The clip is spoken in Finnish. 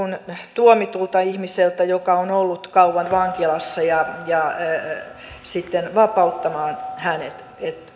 tuomitulle ihmiselle joka on ollut kauan vankilassa ja ja sitten vapauttamaan hänet